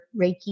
Reiki